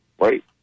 right